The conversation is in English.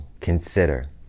consider